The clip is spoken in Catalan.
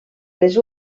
les